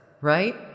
right